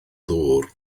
ddŵr